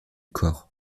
corps